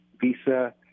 visa